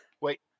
Wait